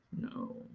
no